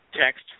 Text